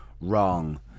wrong